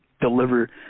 deliver